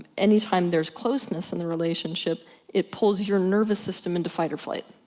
any time there is closeness in the relationship it pulls your nervous system into fight or flight.